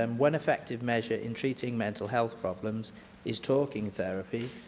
um one effective measure in treating mental health problems is talking therapy,